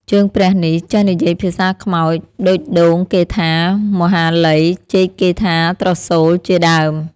ជើងព្រះនេះ ចេះនិយាយភាសាខ្មោច ដូចដូង គេថា "មហាលៃ" ចេក គេថា "ត្រសូល" ជា ដើម ។